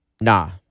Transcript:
nah